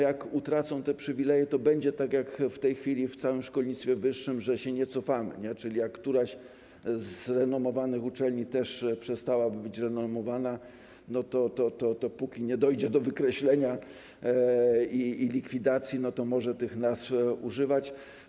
Jak uczelnie utracą te przywileje, to będzie tak jak w tej chwili w całym szkolnictwie wyższym, że się nie cofamy, czyli jak któraś z renomowanych uczelni też przestałaby być renomowana, to póki nie dojdzie do wykreślenia i likwidacji, może tych nazw używać.